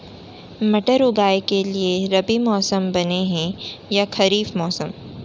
मटर उगाए के लिए रबि मौसम बने हे या खरीफ मौसम?